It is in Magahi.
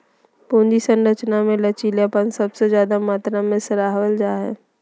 पूंजी संरचना मे लचीलापन सबसे ज्यादे मात्रा मे सराहल जा हाई